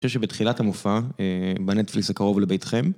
אני חושב שבתחילת המופע בנטפליקס הקרוב לביתכם